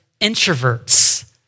introverts